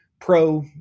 pro